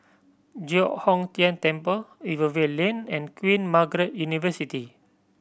Giok Hong Tian Temple Rivervale Lane and Queen Margaret University